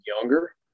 younger